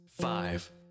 five